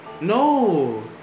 No